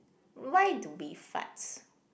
why do we farts